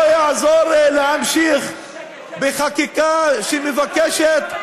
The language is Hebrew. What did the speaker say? לא יעזור להמשיך בחקיקה שמבקשת,